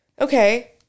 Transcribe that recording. okay